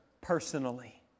personally